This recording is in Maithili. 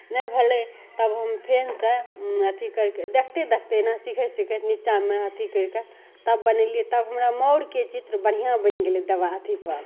नहि भेलय तब हम फेनसँ अथी करिके देखते देखते एहिना सिखैत सिखैत नीचामे अथी करिकऽ तब बनेलियै तब हमरा मोरके चित्र बढ़िआँ बनि गेलय देवा अथीपर